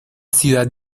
ciudad